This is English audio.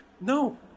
No